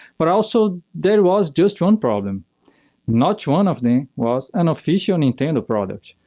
but also there was just one problem not one of them was an official nintendo product.